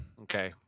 Okay